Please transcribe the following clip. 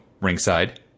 ringside